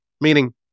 Meaning